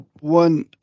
one